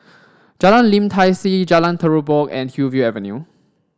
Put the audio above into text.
Jalan Lim Tai See Jalan Terubok and Hillview Avenue